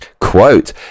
Quote